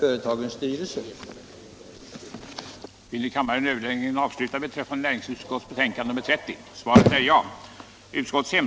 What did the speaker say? Näringspolitiken frågor